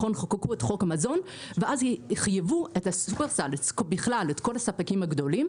חוקקו את חוק המזון ואז חייבו את כל הספקים הגדולים